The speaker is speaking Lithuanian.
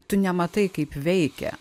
tu nematai kaip veikia